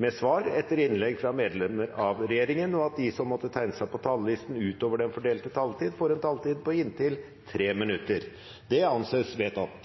med svar etter innlegg fra medlemmer av regjeringen, og at de som måtte tegne seg på talerlisten utover den fordelte taletid, får en taletid på inntil 3 minutter. – Det anses vedtatt.